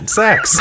sex